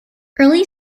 early